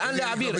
לאן להעביר,